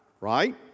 right